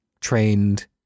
trained